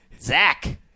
Zach